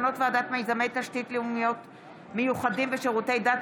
מסקנות ועדת מיזמי תשתית לאומיים מיוחדים ושירותי דת